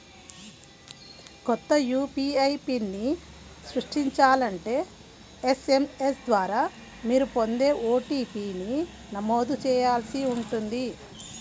కొత్త యూ.పీ.ఐ పిన్ని సృష్టించాలంటే ఎస్.ఎం.ఎస్ ద్వారా మీరు పొందే ఓ.టీ.పీ ని నమోదు చేయాల్సి ఉంటుంది